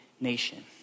nation